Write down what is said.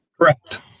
correct